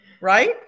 Right